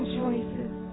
choices